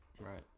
Right